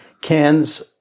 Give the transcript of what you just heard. cans